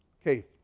Okay